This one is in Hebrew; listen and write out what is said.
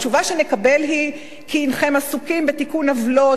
התשובה שנקבל היא כי הינכם עסוקים בתיקון עוולות,